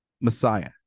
Messiah